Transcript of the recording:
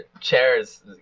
Chair's